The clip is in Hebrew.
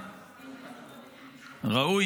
ראוי,